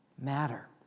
matter